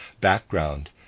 background